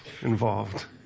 involved